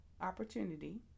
opportunity